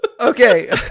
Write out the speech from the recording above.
Okay